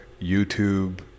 YouTube